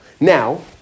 Now